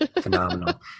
Phenomenal